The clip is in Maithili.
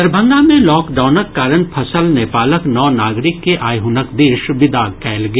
दरभंगा मे लॉकडाउनक कारण फंसल नेपालक नओ नागरिक के आइ हुनक देश विदा कयल गेल